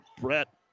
Brett